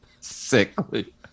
sickly